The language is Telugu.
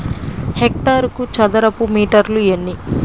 హెక్టారుకు చదరపు మీటర్లు ఎన్ని?